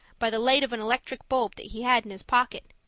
by the light of an electric bulb that he had in his pocket.